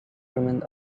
remain